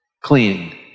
clean